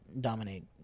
dominate